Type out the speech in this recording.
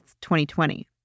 2020